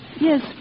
Yes